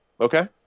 okay